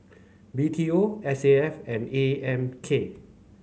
B T O S A F and A M K